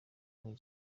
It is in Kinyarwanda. king